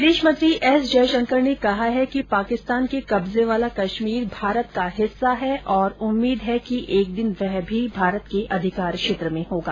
विदेश मंत्री एस जयशंकर ने कहा है कि पाकिस्तान के कब्जे वाला कश्मीर भारत का हिस्सा है और उम्मीद है कि एक दिन वह भी भारत के अधिकार क्षेत्र में होगा